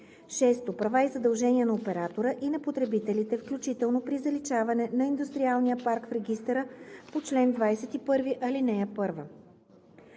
6. права и задължения на оператора и на потребителите, включително при заличаване на индустриалния парк от регистъра по чл. 21, ал. 1.